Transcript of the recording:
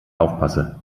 aufpasse